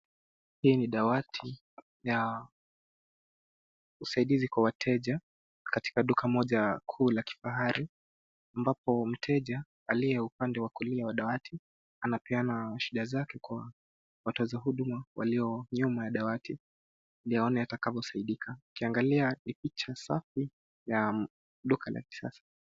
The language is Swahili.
Hii ni dawati ya usaidizi kwa wateja katika duka moja kuu la kifahari ambapo mteja aliye upande wa kulia wa dawati anapeana shida zake kwa watoza huduma walio nyuma ya dawati ili waone atakavyosaidika. Ukiangalia ni picha safi ya duka la kisasa.